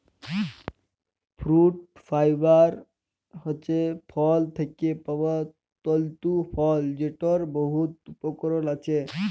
fruit fibre হছে ফল থ্যাকে পাউয়া তল্তু ফল যেটর বহুত উপকরল আছে